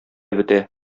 бетә